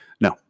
No